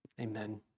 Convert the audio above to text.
Amen